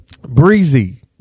breezy